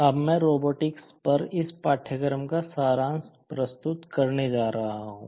अब मैं रोबोटिक पर इस पाठ्यक्रम का सारांश प्रस्तुत करने जा रहा हूँ